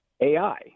AI